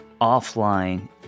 offline